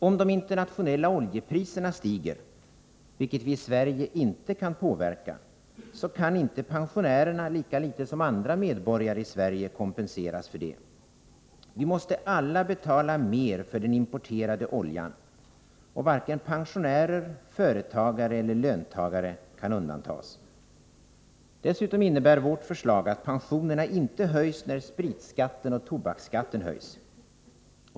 Om de internationella oljepriserna stiger, vilket vi i Sverige inte kan påverka, så kan inte pensionärerna kompenseras för det — lika litet som andra medborgare. Vi måste alla betala mer för den importerade oljan, och varken pensionärer, företagare eller löntagare kan undantas. Dessutom innebär vårt förslag att pensionerna inte höjs när spritskatten och tobaksskatten höjs.